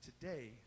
today